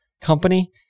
company